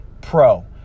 pro